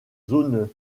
zones